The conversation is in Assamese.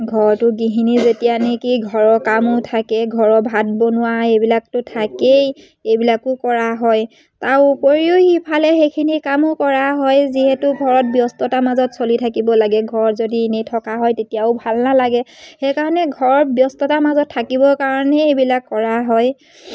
ঘৰটোৰ গৃহিণী যেতিয়া নেকি ঘৰৰ কামো থাকে ঘৰৰ ভাত বনোৱা এইবিলাকতো থাকেই এইবিলাকো কৰা হয় তাৰ উপৰিও সিফালে সেইখিনি কামো কৰা হয় যিহেতু ঘৰত ব্যস্ততাৰ মাজত চলি থাকিব লাগে ঘৰ যদি এনেই থকা হয় তেতিয়াও ভাল নালাগে সেইকাৰণে ঘৰৰ ব্যস্ততাৰ মাজত থাকিবৰ কাৰণেই এইবিলাক কৰা হয়